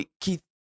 Keith